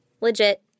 Legit